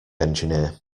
engineer